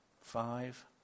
Five